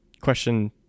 question